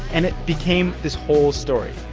and it became this whole story.